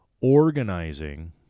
organizing